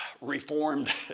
reformed